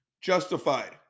justified